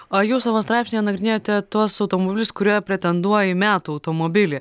o jūs savo straipsnyje nagrinėjote tuos automobilius kurie pretenduoja į metų automobilį